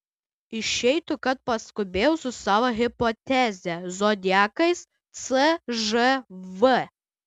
išeitų kad paskubėjau su savo hipoteze zodiakas cžv